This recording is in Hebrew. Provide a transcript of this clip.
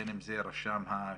בין אם זה רשם הקבלנים,